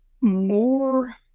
more